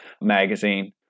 magazine